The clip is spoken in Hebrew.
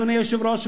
אדוני היושב-ראש,